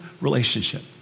relationship